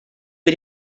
für